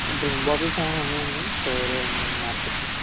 drink bottles ఏమైనా ఉన్నాయా అండి స్టోరూ ఉన్నాయా మార్కెట్లో